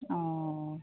অঁ